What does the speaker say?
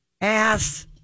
ass